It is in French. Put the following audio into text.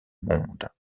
monde